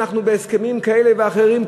אנחנו בהסכמים כאלה ואחרים,